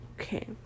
Okay